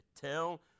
tell